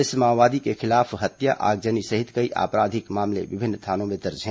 इस माओवादी के खिलाफ हत्या आगजनी सहित कई आपराधिक मामले विभिन्न थानों में दर्ज है